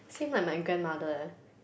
seem like my grandmother eh